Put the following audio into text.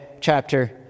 chapter